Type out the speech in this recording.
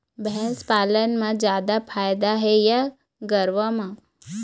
भैंस पालन म जादा फायदा हे या गरवा म?